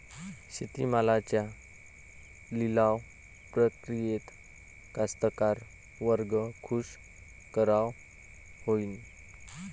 शेती मालाच्या लिलाव प्रक्रियेत कास्तकार वर्ग खूष कवा होईन?